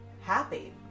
Happy